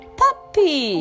puppy